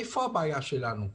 איפה הבעיה שלנו?